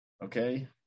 okay